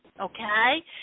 okay